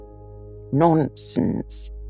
Nonsense